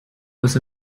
was